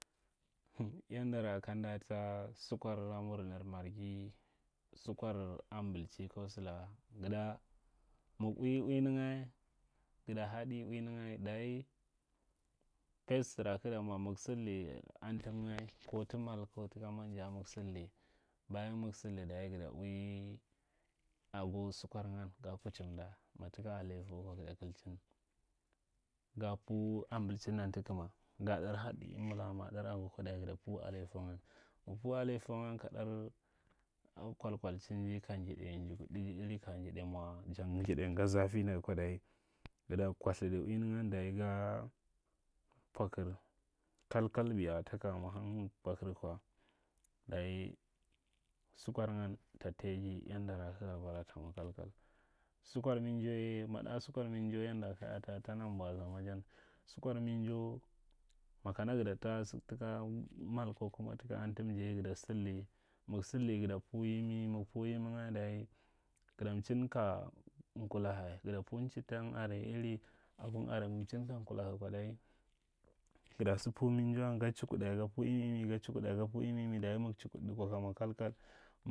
Yandara kamda ta sukwaramur mi marghi, sukwar ambichi ko sala, guda, muk ui uwinanga, gada haɗi uwlnanga, daji, fes sara kakta mwa, mig saida ntumga ko ta mai ko taka manja mig saldi, bayan mig saidi, dayi gaa ui ago, sukwamyan ga kuchida ko taka naifo ma gada kitchin ga pu ambichi ndam ta kama, ga ɗar hedai imita, ma dar ago kwa dayi gada pu alaifoan. Mig pu daiban ka ɗar kwaikwaikin ji ka nidai njuwudiji irin kaya njida mwa, kaja nga zatu da aa kwa nau jada kwalthida uwini ngan dayi ga pwakir kalkal biya ta ka mwa langi mig pwakir kwa kayi sukwar agan ta taiji yandara kaga bara, ta mwa katkal. Sunkwar minjaye, ma ɗa sukwar minjau yandara ka ya a ta nan bwaza ma jan sukwar minjau makana gada ta take sa taka mal ko kuma natum ja ye gada saidi gada pu yimi nga dayi gada mchin kaja nkulaha. Gada pu nchidan are, iri agom are, maa mchi ka nkulaha kwa dayi gada sa pu minjau’an ga chukuɗa gap u imi- imi dayl mi, chikuɗi kw aka mwa kalkal.